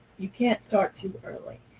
you can't start too early.